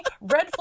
Red